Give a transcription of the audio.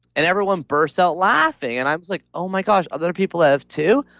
and everyone bursts out laughing. and i was like, oh my gosh. other people have too.